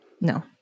no